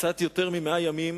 קצת יותר מ-100 ימים